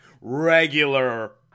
regular